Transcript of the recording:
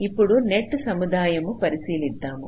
ఇప్పుడు నెట్టు సముదాయము పరిశీలిద్దాము